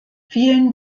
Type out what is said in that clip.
vielen